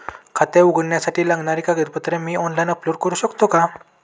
खाते उघडण्यासाठी लागणारी कागदपत्रे मी ऑनलाइन अपलोड करू शकतो का?